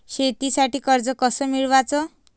शेतीसाठी कर्ज कस मिळवाच?